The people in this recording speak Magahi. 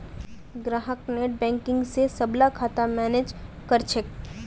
ग्राहक नेटबैंकिंग स सबला खाता मैनेज कर छेक